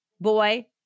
Boy